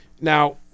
now